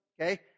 okay